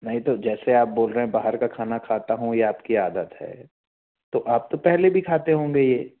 नहीं तो जैसे आप बोल रहे हैं बाहर का खाना खाता हूँ यह आपकी आदत है तो आप तो पहले भी खाते होंगे यह